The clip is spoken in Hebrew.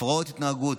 הפרעות התנהגות,